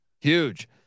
huge